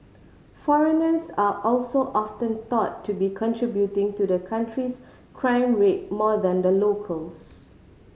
foreigners are also often thought to be contributing to the country's crime rate more than the locals